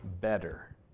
better